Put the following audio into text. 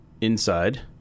Inside